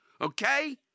Okay